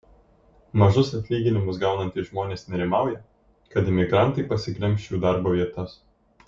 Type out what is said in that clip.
mažus atlyginimus gaunantys žmonės nerimauja kad imigrantai pasiglemš jų darbo vietas